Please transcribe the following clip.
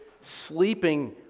sleeping